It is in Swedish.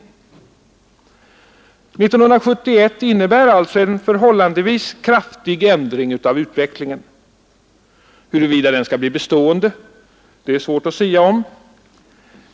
1971 innebär alltså en förhållandevis kraftig ändring av utvecklingen. Huruvida den skall bli bestående är svårt att sia om.